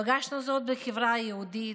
פגשנו זאת בחברה היהודית,